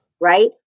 right